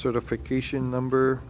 certification number